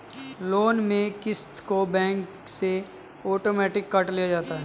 loan में क़िस्त को बैंक से आटोमेटिक काट लिया जाता है